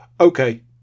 Okay